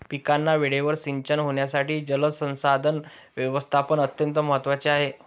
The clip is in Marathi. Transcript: पिकांना वेळेवर सिंचन होण्यासाठी जलसंसाधन व्यवस्थापन अत्यंत महत्त्वाचे आहे